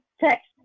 text